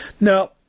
Now